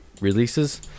releases